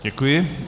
Děkuji.